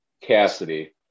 Cassidy